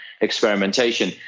experimentation